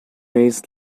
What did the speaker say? maze